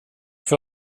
för